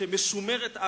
שמשומרת,